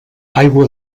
aigua